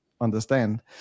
understand